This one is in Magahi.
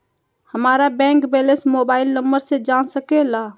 हमारा बैंक बैलेंस मोबाइल नंबर से जान सके ला?